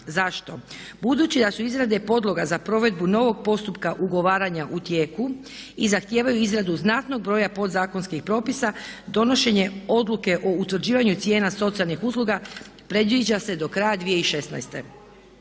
Zašto? Budući da su izrade podloga za provedbu novog postupka ugovaranja u tijeku i zahtijevaju izradu znatnog broja podzakonskih propisa donošenje odluke o utvrđivanju cijena socijalnih usluga predviđa se do kraja 2016.